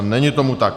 Není tomu tak.